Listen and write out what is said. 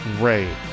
Ray